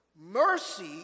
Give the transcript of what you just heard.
Mercy